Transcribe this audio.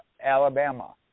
Alabama